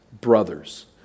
brothers